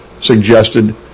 suggested